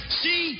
see